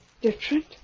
Different